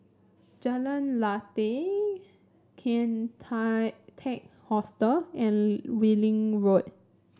Jalan Lateh Kian tie Teck Hostel and Welling Road